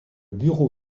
bureau